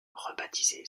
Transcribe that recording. rebaptisé